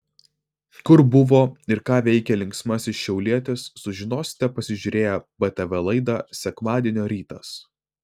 kur buvo ir ką veikė linksmasis šiaulietis sužinosite pasižiūrėję btv laidą sekmadienio rytas